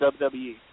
WWE